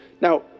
Now